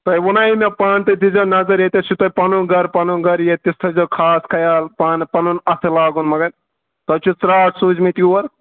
تۄہہِ ونے مےٚ پانہٕ تہِ دِی زیو نظر یتٮ۪تھ چھُو تۄہہِ پَنُن گرٕ پَنُن گرٕ یتٮ۪تھ تھٲے زیو خاص خیال پانہٕ پَنُن اَتھٕ لاگُن مگر تۄہہِ چھُو ژاٹھ سوٗزمٕتۍ یور